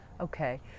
Okay